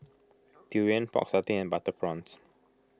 Durian Pork Satay and Butter Prawns